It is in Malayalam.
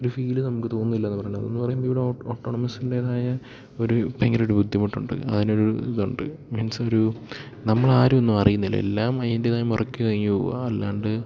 ഒര് ഫീല് നമുക്ക് തോന്നുന്നില്ല എന്ന് പറഞ്ഞല്ലോ അതൊന്ന് പറയുമ്പോൾ ഇവിടെ ഒട്ടോണമസിൻ്റേതായ ഒര് ഭയങ്കര ഒരു ബുദ്ധിമുട്ട് ഉണ്ട് അതിനൊരു ഇതുണ്ട് മീൻസൊരു നമ്മളാരും ഒന്നും അറിയുന്നില്ല എല്ലാം അയിൻ്റെതായ മുറയ്ക്ക് കഴിഞ്ഞു പോകുവാ അല്ലാണ്ട്